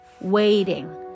waiting